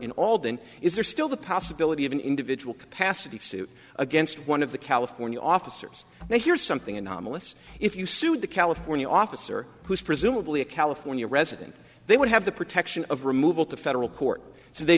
albany is there still the possibility of an individual capacity suit against one of the california officers and here's something anomalous if you sued the california officer who is presumably a california resident they would have the protection of removal to federal court so they